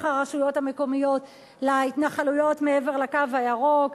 הרשויות המקומיות להתנחלויות מעבר ל"קו הירוק",